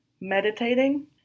meditating